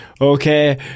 Okay